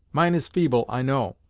mine is feeble, i know,